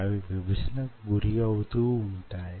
అవి విభజనకు గురి అవుతూ ఉంటాయి